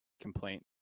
complaint